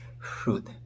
fruit